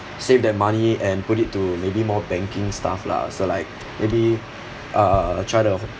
saved that money and put it to maybe more banking stuff lah so like maybe uh try to